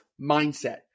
mindset